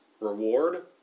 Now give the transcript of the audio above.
reward